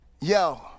yo